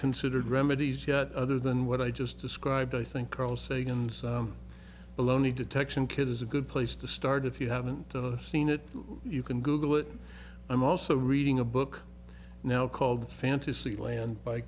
considered remedies yet other than what i just described i think carl sagan's baloney detection kid is a good place to start if you haven't seen it you can google it i'm also reading a book now called fantasy land by